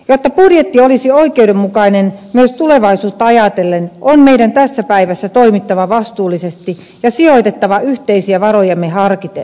jotta budjetti olisi oikeudenmukainen myös tulevaisuutta ajatellen on meidän tässä päivässä toimittava vastuullisesti ja sijoitettava yhteisiä varojamme harkiten